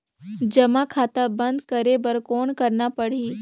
जमा खाता बंद करे बर कौन करना पड़ही?